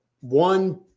One